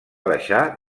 deixar